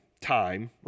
time